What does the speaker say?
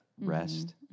rest